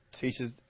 teaches